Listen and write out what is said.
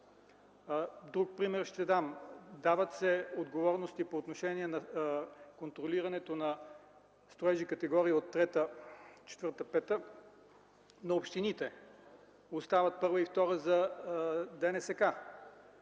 Друг пример ще дам. Дават се отговорности по отношение на контролирането на строежи (категории – трета, четвърта, пета) на общините. Остават първа и втора за ДНСК.